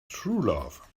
truelove